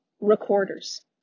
recorders